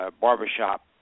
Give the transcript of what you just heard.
Barbershop